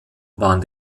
waren